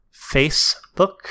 Facebook